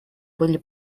были